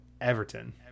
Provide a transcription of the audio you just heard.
Everton